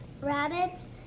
rabbits